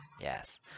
yes